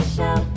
Show